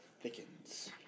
thickens